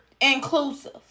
inclusive